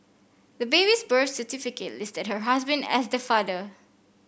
the baby's birth certificate listed her husband as the father